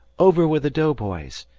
over with the doughboys.